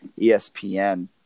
ESPN